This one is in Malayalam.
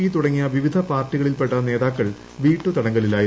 ്തുടങ്ങിയ വിവിധ പാർട്ടികളിൽപ്പെട്ട നേതാക്കൾ വീട്ടുതടങ്കലിലായിരുന്നു